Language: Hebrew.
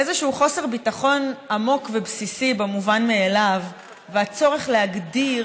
איזשהו חוסר ביטחון עמוק ובסיסי במובן מאליו והצורך להגדיר